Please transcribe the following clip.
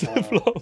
uh